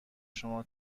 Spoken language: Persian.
شما